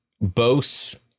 Bose